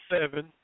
seven